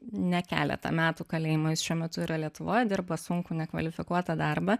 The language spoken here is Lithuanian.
ne keletą metų kalėjimo jis šiuo metu yra lietuvoj dirba sunkų nekvalifikuotą darbą